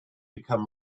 become